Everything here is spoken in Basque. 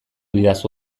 didazu